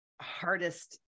hardest